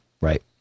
Right